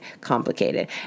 complicated